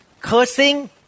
cursing